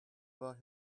about